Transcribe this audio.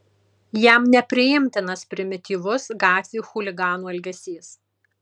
jam nepriimtinas primityvus gatvių chuliganų elgesys